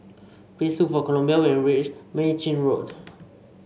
please look for Columbia when you reach Mei Chin Road